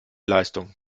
leistung